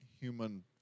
human